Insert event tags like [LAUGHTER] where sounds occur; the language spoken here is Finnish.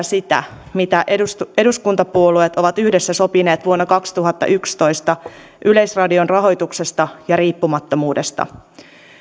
[UNINTELLIGIBLE] sitä mitä eduskuntapuolueet ovat yhdessä sopineet vuonna kaksituhattayksitoista yleisradion rahoituksesta ja riippumattomuudesta